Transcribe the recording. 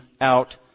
out